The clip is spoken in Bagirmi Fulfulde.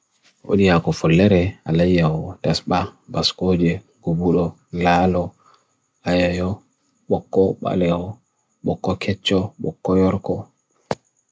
Unia kofallere alayaw dasba, baskoje, gubulo, lalo, ayayo, bokko baleo, bokko kecho, bokko yorko.